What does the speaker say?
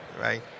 right